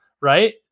Right